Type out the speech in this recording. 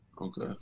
Okay